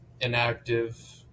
inactive